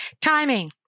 Timing